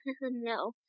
no